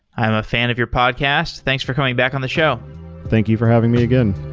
i'm a fan of your podcast. thanks for coming back on the show thank you for having me again